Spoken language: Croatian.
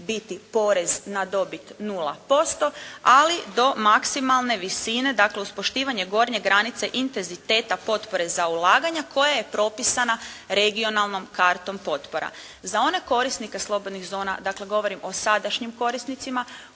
biti porez na dobit 0% ali do maksimalne visine dakle uz poštivanje gornje granice intenziteta potpore za ulaganja koja je propisana regionalnom kartom potpora. Za one korisnike slobodnih zona, dakle govorim o sadašnjim korisnicima